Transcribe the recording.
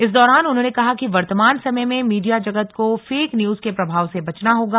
इस दौरान उन्होंने कहा कि वर्तमान समय में मीडिया जगत को फेक न्यूज के प्रभाव से बचना होगा